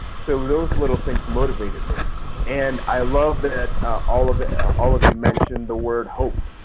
so those little things motivated me and i love that all of all of you mentioned the word hope.